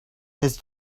his